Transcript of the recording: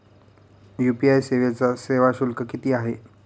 UPI सेवेचा सेवा शुल्क किती आहे?